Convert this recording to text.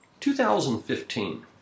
2015